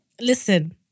listen